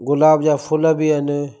गुलाब जा फ़ूल बि आहिनि